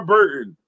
Burton